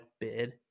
bid